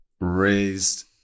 Raised